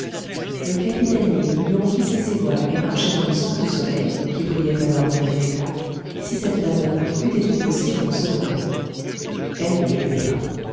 le capitaine yin eût donc hissé ses voiles et marché dans le sens du soleil qui brillait alors d'un vif éclat si cette manoeuvre eût été possible en ce moment elle ne l'était pas